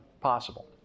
possible